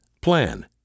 Plan